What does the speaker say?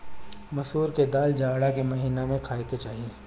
मसूर के दाल जाड़ा के महिना में खाए के चाही